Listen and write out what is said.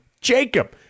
Jacob